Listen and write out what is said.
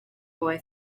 boy